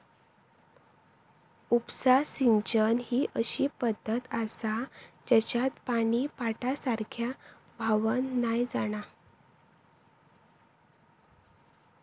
उपसा सिंचन ही अशी पद्धत आसा जेच्यात पानी पाटासारख्या व्हावान नाय जाणा